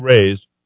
raised